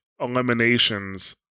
eliminations